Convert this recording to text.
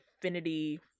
affinity